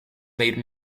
made